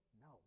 No